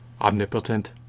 omnipotent